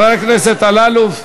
חבר הכנסת אלאלוף,